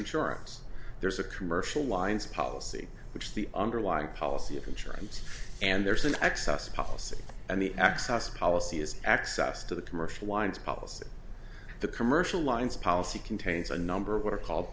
insurance there's a commercial lines policy which is the underlying policy of insurance and there's an excess of policy and the access policy is access to the commercial lines policy the commercial lines policy contains a number of what a